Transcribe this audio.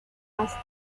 pasta